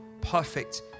perfect